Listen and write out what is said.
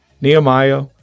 Nehemiah